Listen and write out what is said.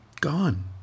Gone